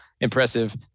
impressive